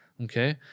okay